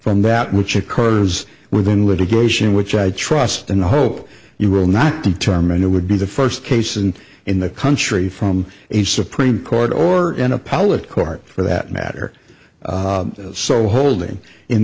from that which occurs within litigation which i trust and hope you will not determine it would be the first case and in the country from a supreme court or an appellate court for that matter so holding in